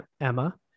Emma